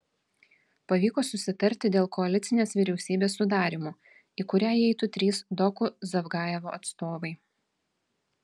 pavyko susitarti dėl koalicinės vyriausybės sudarymo į kurią įeitų trys doku zavgajevo atstovai